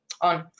on